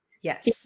Yes